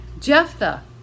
Jephthah